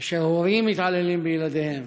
כאשר הורים מתעללים בילדיהם,